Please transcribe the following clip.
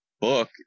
book